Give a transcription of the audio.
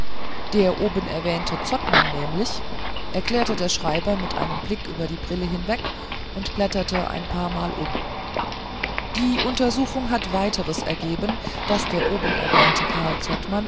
der obenerwähnte zottmann nämlich erklärte der schreiber mit einem blick über die brille hinweg und blätterte ein paarmal um die untersuchung hat weiters ergeben daß der obenerwähnte